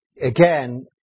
Again